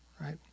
Right